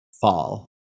fall